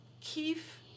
keef